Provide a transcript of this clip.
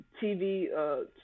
tv